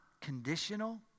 conditional